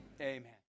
amen